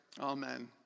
Amen